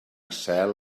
cel